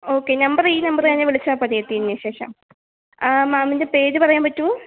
okay number ഈ നമ്പറുതന്നെ വിളിച്ചാൽ മതിയോ എത്തിയതിനു ശേഷം മാമിൻ്റെ പേര് പറയാൻ പറ്റുമോ